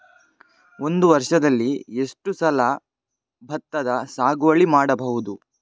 ಒಂದು ವರ್ಷದಲ್ಲಿ ಎಷ್ಟು ಸಲ ಭತ್ತದ ಸಾಗುವಳಿ ಮಾಡಬಹುದು?